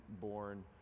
born